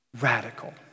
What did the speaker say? radical